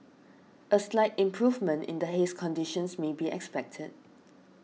a slight improvement in the haze conditions may be expected